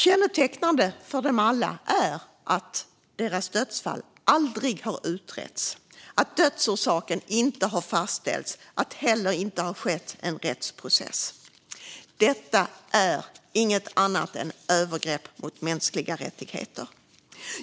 Kännetecknande för dem alla är att deras dödsfall aldrig har utretts, att dödsorsaken inte har fastställts och att någon rättsprocess inte har ägt rum. Detta är inget annat än övergrepp mot mänskliga rättigheter.